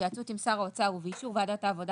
בהתייעצות עם שר האוצר ובאישור ועדת העבודה